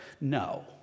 No